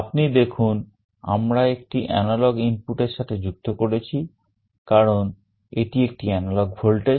আপনি দেখুন আমরা একটি এনালগ ইনপুট এর সাথে যুক্ত করেছি কারণ এটি একটি এনালগ ভোল্টেজ